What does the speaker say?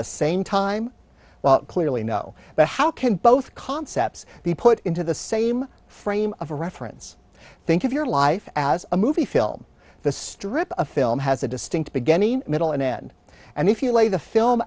the same time well clearly no but how can both concepts be put into the same frame of reference think of your life as a movie film the strip a film has a distinct beginning middle and end and if you lay the film